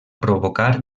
provocar